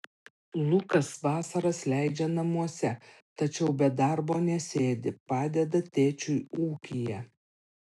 lukas vasaras leidžia namuose tačiau be darbo nesėdi padeda tėčiui ūkyje